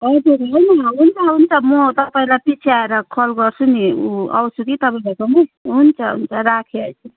हजुर होइन हुन्छ हुन्छ म तपाईँलाई पछि आएर कल गर्छु नि म आउँछु कि तपाईँ भएकोमा हुन्छ हुन्छ राखेँ अहिले